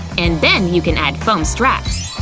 and then you can add foam straps!